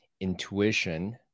intuition